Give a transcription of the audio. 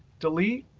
delete,